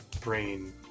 brain